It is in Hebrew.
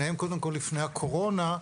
שניהם לפני הקורונה,